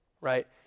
right